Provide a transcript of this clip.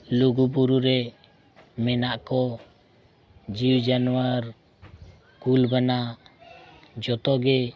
ᱞᱩᱜᱩᱵᱩᱨᱩ ᱨᱮ ᱢᱮᱱᱟᱜ ᱠᱚ ᱡᱤᱣᱤ ᱡᱟᱱᱣᱟᱨ ᱠᱩᱞ ᱵᱟᱱᱟ ᱡᱷᱚᱛᱚ ᱜᱮ